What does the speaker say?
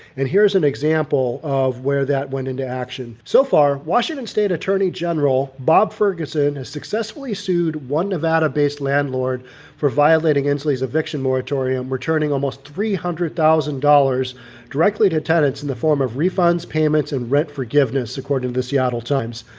and here's an example of where that went into action. so far, washington state attorney general bob ferguson has successfully sued one nevada based landlord for violating emily's eviction moratorium returning almost three hundred thousand dollars directly to tenants in the form of refunds, payments and rent forgiveness, according to the seattle times.